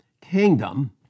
kingdom